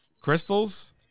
Crystals